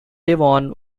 devon